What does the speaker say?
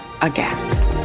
again